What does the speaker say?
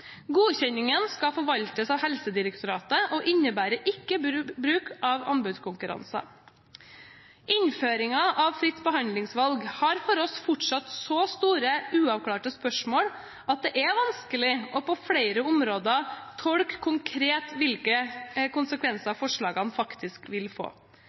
Godkjenningen skal forvaltes av Helsedirektoratet og innebærer ikke bruk av anbudskonkurranser. Innføringen av fritt behandlingsvalg har for oss fortsatt så store uavklarte spørsmål at det er vanskelig på flere områder å tolke konkret hvilke konsekvenser forslagene faktisk vil få.